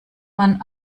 man